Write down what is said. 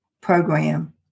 program